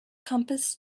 compass